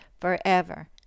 forever